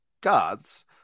gods